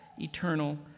eternal